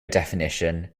definition